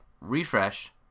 refresh